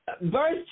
verse